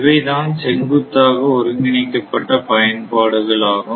இவைதான் செங்குத்தாக ஒருங்கிணைக்கப்பட்ட பயன்பாடுகள் ஆகும்